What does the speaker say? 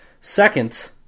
Second